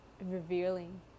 revealing